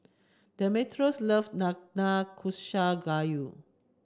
Demetrios love Nanakusa Gayu